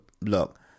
look